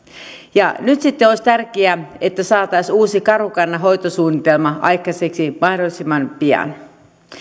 ja nyt sitten olisi tärkeää että saataisiin uusi karhukannan hoitosuunnitelma aikaiseksi mahdollisimman pian